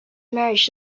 marriage